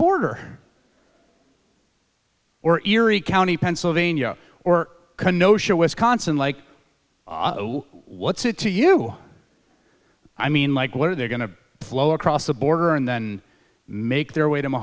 border or erie county pennsylvania or no show wisconsin like what's it to you i mean like what are they going to flow across the border and then make their way to m